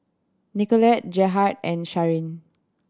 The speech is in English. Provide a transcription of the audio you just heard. Nicolette Gerhard and Sharen